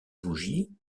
bougie